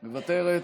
מוותרת,